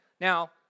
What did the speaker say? Now